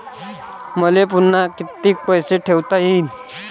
मले पुन्हा कितीक पैसे ठेवता येईन?